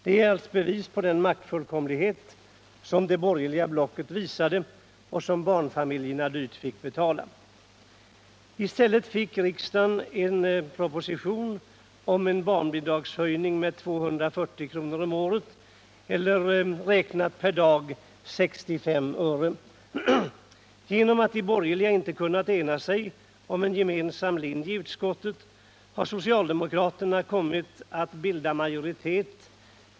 Det är ett bevis på den maktfullkomlighet som det borgerliga blocket visade och som barnfamiljerna dyrt fick betala. Genom att de borgerliga inte kunnat ena sig om en gemensam linje i utskottet har socialdemokraterna kommit att bilda majoritet.